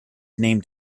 named